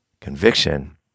Conviction